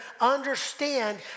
understand